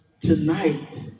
tonight